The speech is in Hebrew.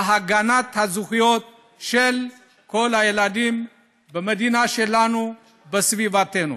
להגנת הזכויות של כל הילדים במדינה שלנו ובסביבתנו.